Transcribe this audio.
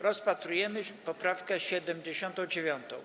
Rozpatrujemy poprawkę 79.